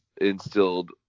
instilled